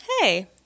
hey